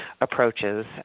approaches